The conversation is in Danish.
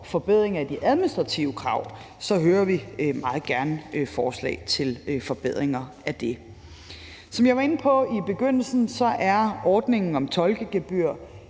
forbedring af de administrative krav, så hører vi meget gerne om forslag til forbedringer af det. Kl. 12:51 Som jeg var inde på i begyndelsen, er ordningen om tolkegebyr